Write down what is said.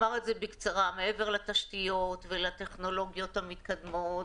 מעבר לתשתיות ולטכנולוגיות המתקדמות,